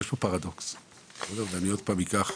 אני עוד פעם אקח